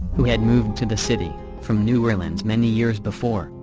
who had moved to the city from new orleans many years before,